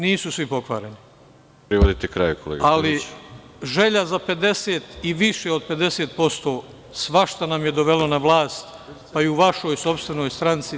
Nisu svi pokvareni, ali želja za 50% i više od 50% svašta nam je dovela na vlast, pa i u vašoj sopstvenoj stranci.